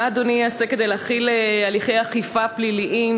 שאלתי: מה יעשה אדוני כדי להחיל הליכי אכיפה פליליים,